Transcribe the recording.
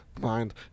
mind